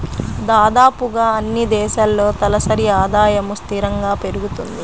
దాదాపుగా అన్నీ దేశాల్లో తలసరి ఆదాయము స్థిరంగా పెరుగుతుంది